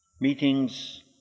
meeting's